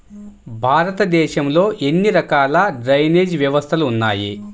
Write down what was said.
భారతదేశంలో ఎన్ని రకాల డ్రైనేజ్ వ్యవస్థలు ఉన్నాయి?